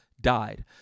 died